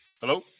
Hello